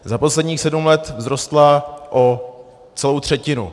Za posledních sedm let vzrostla o celou třetinu.